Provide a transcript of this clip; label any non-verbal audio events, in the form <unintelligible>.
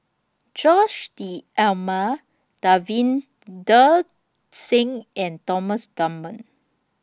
Jose <unintelligible> Davinder Singh and Thomas Dunman